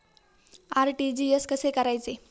RTGS कसे करायचे?